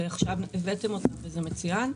ועכשיו הבאתם אותן וזה מצוין.